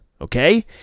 okay